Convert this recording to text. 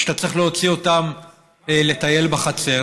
שאתה צריך להוציא אותם לטייל בחצר,